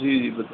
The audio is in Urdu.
جی جی ب